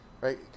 right